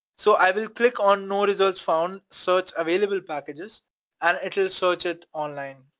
so i will click on no results found, search available packages and it'll search it online,